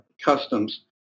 customs